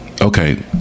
Okay